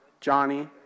Johnny